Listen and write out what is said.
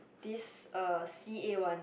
this er C_A one